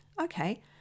okay